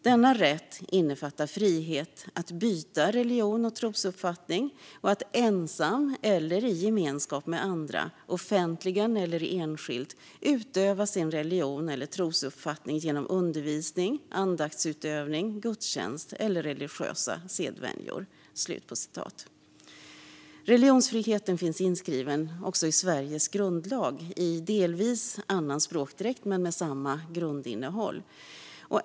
Denna rätt innefattar frihet att byta religion och trosuppfattning och att, ensam eller i gemenskap med andra, offentligen eller enskilt, utöva sin religion eller trosuppfattning genom undervisning, andaktsutövning, gudstjänst och religiösa sedvänjor." Religionsfriheten finns inskriven också i Sveriges grundlag, i delvis annan språkdräkt men med samma grundinnehåll.